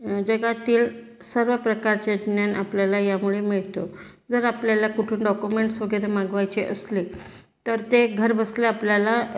जगातील सर्व प्रकारचे ज्ञान आपल्याला यामुळे मिळतो जर आपल्याला कुठून डॉकुमेंट्स वगैरे मागवायचे असले तर ते घरबसल्या आपल्याला